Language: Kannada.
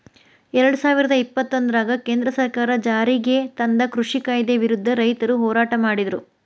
ಎರಡುಸಾವಿರದ ಇಪ್ಪತ್ತೊಂದರಾಗ ಕೇಂದ್ರ ಸರ್ಕಾರ ಜಾರಿಗೆತಂದ ಕೃಷಿ ಕಾಯ್ದೆ ವಿರುದ್ಧ ರೈತರು ಹೋರಾಟ ಮಾಡಿದ್ರು